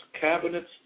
cabinets